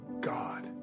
God